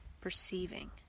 Perceiving